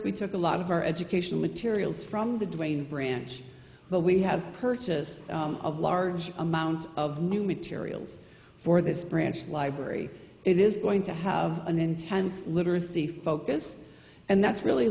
we took a lot of our educational materials from the duane branch but we have purchase of large amount of new materials for this branch library it is going to have an intense literacy focus and that's really